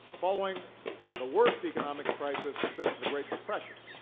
following the worst economic crisis since the great depression